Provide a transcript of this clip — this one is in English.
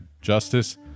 justice